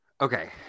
Okay